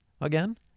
again